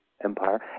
Empire